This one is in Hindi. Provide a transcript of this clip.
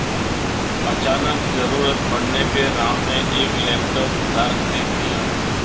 अचानक ज़रूरत पड़ने पे राम ने एक लैपटॉप उधार खरीद लिया